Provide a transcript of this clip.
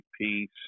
peace